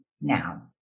now